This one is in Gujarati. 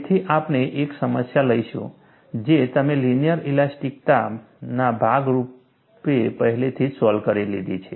તેથી આપણે એક સમસ્યા લઈશું જે તમે લિનિયર ઇલાસ્ટિકતાના ભાગ રૂપે પહેલેથી જ સોલ્વ કરી લીધી છે